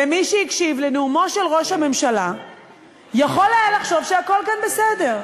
ומי שהקשיב לנאומו של ראש הממשלה יכול היה לחשוב שהכול כאן בסדר.